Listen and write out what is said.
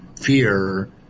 fear